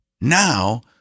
now